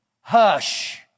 hush